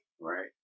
Right